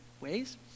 ways